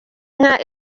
inka